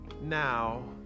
now